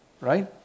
right